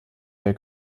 der